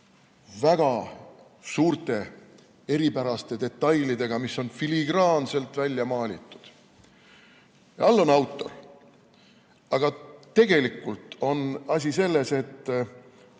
väga suurte eripäraste detailidega, mis on filigraanselt välja maalitud. Ja all on autori [nimi]. Aga tegelikult on asi selles, et